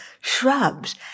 shrubs